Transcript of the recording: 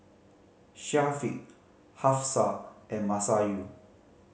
Syafiq Hafsa and Masayu